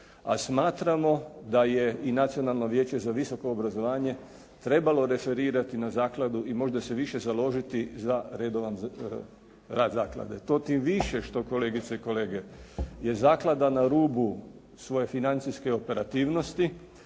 a smatramo da je i Nacionalno vijeće za visoko obrazovanje trebalo referirati na zakladu i možda se više založiti za redovan rad zaklade. To tim više što, kolegice i kolege, je zaklada na rubu svoje financijske operativnosti,